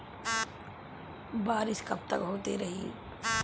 बरिस कबतक होते रही?